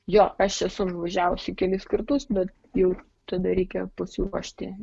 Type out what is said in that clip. jo aš esu nuvažiavusi kelis kartus bet jau tada reikia pasiruošti